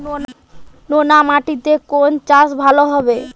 নোনা মাটিতে কোন চাষ ভালো হবে?